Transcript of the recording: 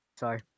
Sorry